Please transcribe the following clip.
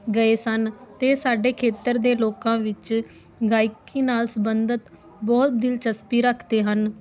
ਗਏ ਸਨ ਅਤੇ ਸਾਡੇ ਖੇਤਰ ਦੇ ਲੋਕਾਂ ਵਿੱਚ ਗਾਇਕੀ ਨਾਲ ਸੰਬੰਧਿਤ ਬਹੁਤ ਦਿਲਚਸਪੀ ਰੱਖਦੇ ਹਨ